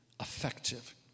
effective